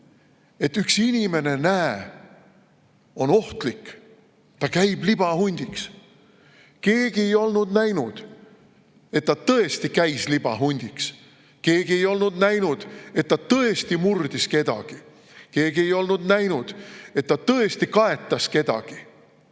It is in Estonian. et üks inimene, näe, on ohtlik, ta käib libahundiks. Keegi ei olnud näinud, et ta tõesti oleks käinud libahundiks. Keegi ei olnud näinud, et ta tõesti oleks murdnud kedagi. Keegi ei olnud näinud, et ta tõesti oleks kaetanud